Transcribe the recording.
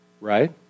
right